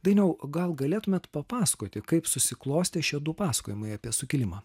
dainiau gal galėtumėt papasakoti kaip susiklostė šie du pasakojimai apie sukilimą